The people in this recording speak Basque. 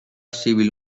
zibil